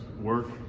work